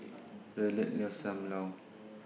Violet loves SAM Lau